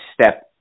step